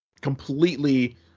completely